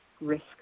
risk